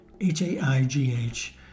H-A-I-G-H